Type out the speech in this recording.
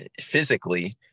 physically